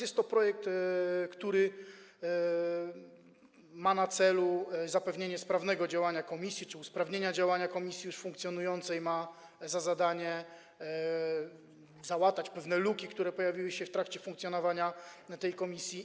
Jest to projekt, który ma na celu zapewnienie sprawnego działania komisji czy usprawnienie działania komisji już funkcjonującej, ma za zadanie załatać pewne luki, które pojawiły się w trakcie funkcjonowania tej komisji.